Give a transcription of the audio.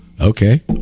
Okay